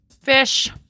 Fish